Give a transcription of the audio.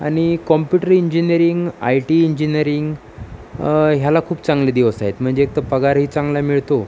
आणि computer engineering I T engineering ह्याला खूप चांगले दिवस आहेत म्हणजे एकतर पगारही चांगला मिळतो